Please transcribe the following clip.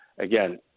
again